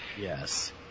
Yes